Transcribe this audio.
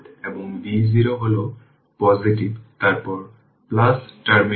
এখন প্রশ্ন হল isc কি হবে কারণ এটি একটি শর্ট সার্কিট পাথ